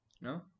No